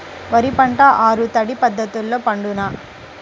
వరి పంట ఆరు తడి పద్ధతిలో పండునా?